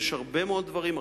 יש הרבה מאוד דברים,